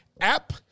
app